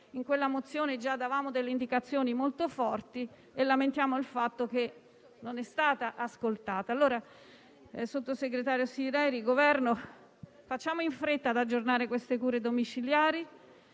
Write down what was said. In quella mozione già davamo delle indicazioni molto forti e ora lamentiamo il fatto che non sia stata ascoltata. Mi rivolgo allora al sottosegretario Sileri e al Governo: facciamo in fretta ad aggiornare queste cure domiciliari,